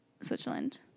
Switzerland